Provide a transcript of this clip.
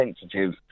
sensitive